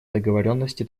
договоренности